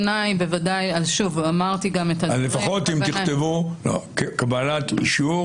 לפחות תכתבו קבלת אישור